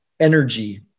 energy